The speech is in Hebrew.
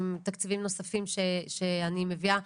עם תקציבים נוספים שאני מביאה,